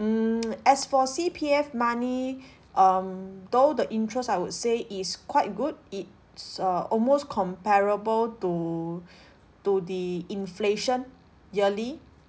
mm as for C_P_F money um though the interest I would say is quite good it's uh almost comparable to to the inflation yearly